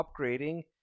upgrading